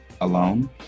alone